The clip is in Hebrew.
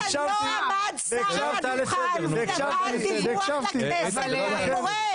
לא עמד שר על הדוכן ונתן דיווח לכנסת לגבי מה שקורה.